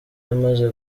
yamaze